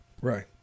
Right